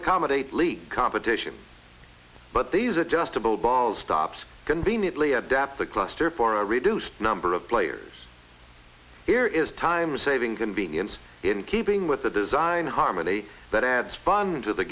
accommodate league competition but these adjustable ball stops conveniently adapt the cluster for a reduced number of players here is time saving convenience in keeping with the design harmony but adds fun to the